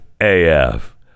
AF